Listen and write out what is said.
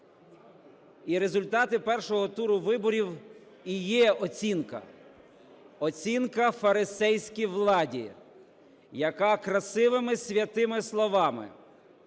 І результати першого туру виборів і є оцінка – оцінка фарисейській владі, яка красивими святими словами